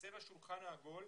חסר השולחן העגול.